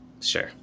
Sure